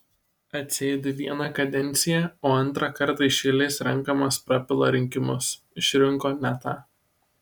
atsėdi vieną kadenciją o antrą kartą iš eilės renkamas prapila rinkimus išrinko ne tą